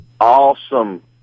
Awesome